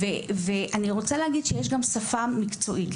יש גם שפה מקצועית.